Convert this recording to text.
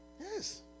yes